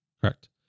correct